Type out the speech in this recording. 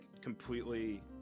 completely